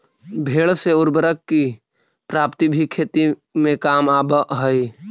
भेंड़ से उर्वरक की प्राप्ति भी खेती में काम आवअ हई